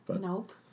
Nope